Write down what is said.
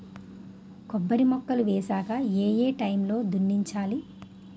కొబ్బరి మొక్కలు వేసాక ఏ ఏ టైమ్ లో దున్నించాలి?